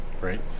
right